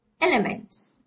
elements